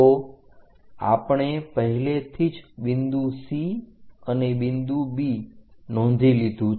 તો આપણે પહેલેથી જ બિંદુ C અને બિંદુ B નોંધી લીધું છે